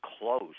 close